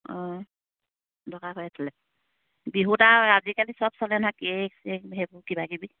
অঁ দৰকাৰ হৈ আছিলে বিহুত আৰু আজিকালি চব চলে নহয় কেক চেক সেইবোৰ কিবা কিবি